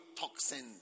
toxins